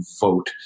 vote